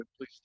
please